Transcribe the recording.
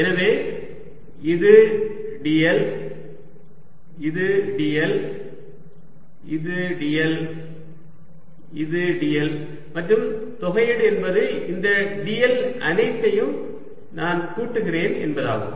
எனவே இது dl இது dl இது dl இது dl மற்றும் தொகையீடு என்பது இந்த dl அனைத்தையும் நான் கூட்டுகிறேன் என்பதாகும்